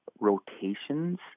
rotations